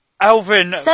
Alvin